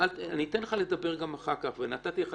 אני אתן לך לדבר גם אחר כך ונתתי לך